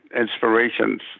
inspirations